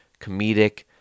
comedic